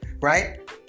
right